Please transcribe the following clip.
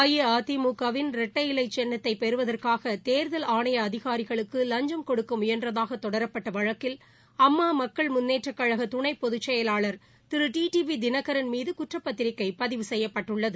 அஇஅதிமுக வின் இரட்டை இலை சின்னத்தை பெறுவதற்காக தேர்தல் ஆணைய அதிகாரிகளுக்கு வஞ்சும் கொடுக்க முயன்றதாகத் தொடரப்பட்ட வழக்கில் அம்மா மக்கள் முன்னேற்றக் கழக துணைப் பொதுச்செயலாளா் Thiru T T T V Dinakaran மீது தில்லி நீதிமன்றத்தில் குற்றப்பத்திரிகை பதிவு செய்யப்பட்டுள்ளது